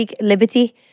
Liberty